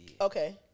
Okay